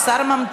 לא, השר ממתין.